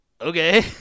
okay